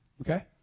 Okay